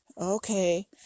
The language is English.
Okay